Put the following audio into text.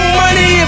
money